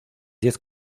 diez